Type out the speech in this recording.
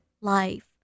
life